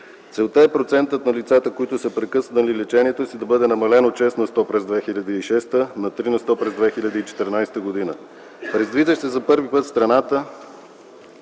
Целта е процентът на лицата, които са прекъснали лечението си, да бъде намалено от 6 на сто през 2006 г. на 3 на сто през 2014 г. Предвижда се за първи път в страната